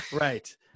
Right